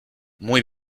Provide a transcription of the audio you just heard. muy